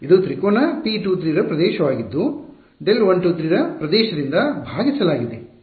ಇದು ತ್ರಿಕೋನ P23 ರ ಪ್ರದೇಶವಾಗಿದ್ದು Δ123ರ ಪ್ರದೇಶದಿಂದ ಭಾಗಿಸಲಾಗಿದೆ ಇದು ವ್ಯಾಖ್ಯಾನ